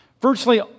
Virtually